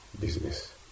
business